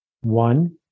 one